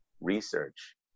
research